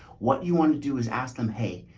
what you wanna do is ask them, hey,